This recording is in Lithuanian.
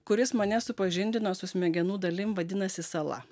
kuris mane supažindino su smegenų dalim vadinasi sala